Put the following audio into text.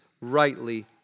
rightly